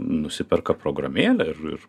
nusiperka programėlę ir ir